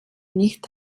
nicht